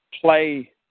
play